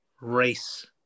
race